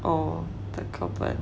oh the 课本